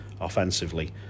offensively